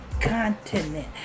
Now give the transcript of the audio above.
continent